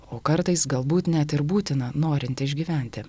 o kartais galbūt net ir būtina norint išgyventi